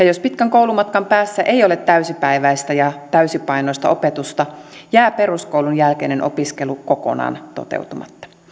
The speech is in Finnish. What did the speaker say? jos pitkän koulumatkan päässä ei ole täysipäiväistä ja täysipainoista opetusta jää peruskoulun jälkeinen opiskelu kokonaan toteutumatta